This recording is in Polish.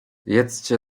jedzcie